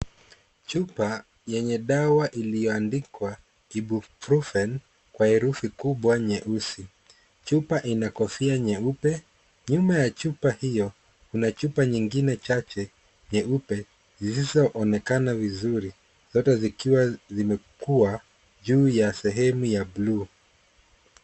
Chupa yenye dawa iliyoandikwa Ibuprofen kwa herufi kubwa nyeusi. Chupa ina kofia nyeupe, nyuma ya chupa hiyo kuna chupa nyingine chache nyeupe zisizoonekana vizuri, zote zikiwa zimekuwa juu ya sehemu ya bluu.